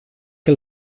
que